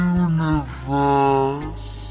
universe